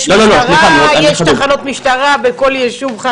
יש תחנות משטרה בכל יישוב חרדי.